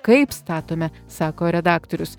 kaip statome sako redaktorius